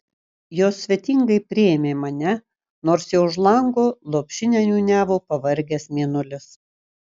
jos svetingai priėmė mane nors jau už lango lopšinę niūniavo pavargęs mėnulis